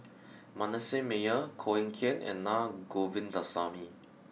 Manasseh Meyer Koh Eng Kian and Naa Govindasamy